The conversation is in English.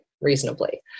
reasonably